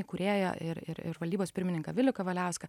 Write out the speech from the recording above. įkūrėją ir ir ir valdybos pirmininką vilių kavaliauską